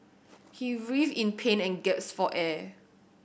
he with in pain and gasped for air